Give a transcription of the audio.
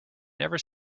never